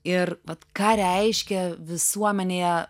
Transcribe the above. ir vat ką reiškia visuomenėje